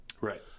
Right